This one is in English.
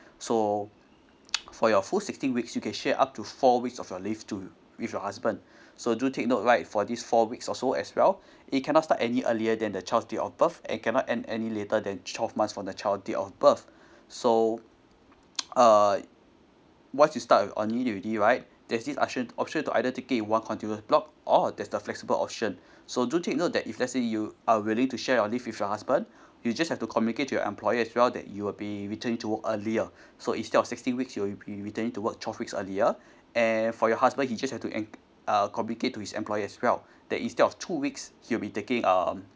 so for your full sixteen weeks you can share up to four weeks of your leave to with your husband so do take note right for this four weeks or so as well it cannot start any earlier than the child date of birth and cannot end any later than twelve months from the child date of birth so uh once you start on leave already right there's this option option to either take it in one continuous block or that's the flexible option so do take note that if lets say you are willing to share your leave with your husband you just have to communicate to your employer as well that you will be returning to work earlier so instead of sixteen weeks you'll be you'll be returning to work twelve weeks earlier and for your husband he just have to act uh communicate to his employer as well that instead of two weeks he'll be taking um